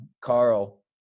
Carl